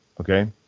okay